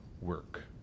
work